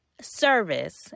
service